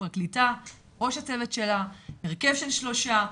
פרקליטה עם ראש הצוות שלה-הרכב של שלושה,